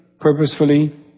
Purposefully